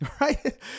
Right